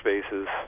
spaces